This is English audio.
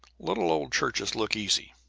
little old churches look easy,